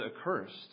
accursed